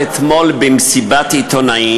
הראשונה.